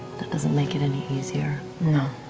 doesn't make it any easier.